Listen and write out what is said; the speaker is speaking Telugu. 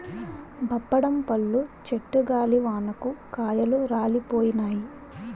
బప్పడం పళ్ళు చెట్టు గాలివానకు కాయలు రాలిపోయినాయి